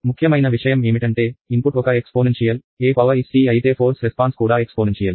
ముఖ్యమైన విషయం ఏమిటంటే ఇన్పుట్ ఒక ఎక్స్పోనెన్షియల్ est అయితే ఫోర్స్ రెస్పాన్స్ కూడా ఎక్స్పోనెన్షియల్